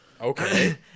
Okay